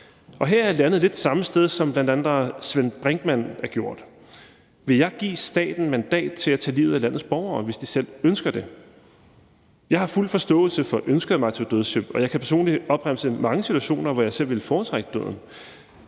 er jeg landet lidt samme sted som bl.a. Svend Brinkmann. Vil jeg give staten mandat til at tage livet af landets borgere, hvis de selv ønsker det? Jeg har fuld forståelse for ønsket om aktiv dødshjælp, og jeg kan personligt opremse mange situationer, hvor jeg selv ville foretrække døden,